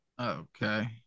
Okay